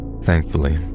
Thankfully